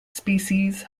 species